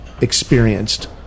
experienced